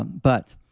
but